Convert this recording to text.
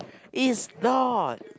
it's not